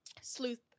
sleuth